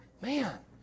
man